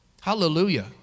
Hallelujah